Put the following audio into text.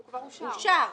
הוא כבר אושר ב"הודעה",